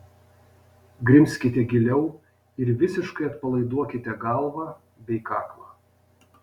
grimzkite giliau ir visiškai atpalaiduokite galvą bei kaklą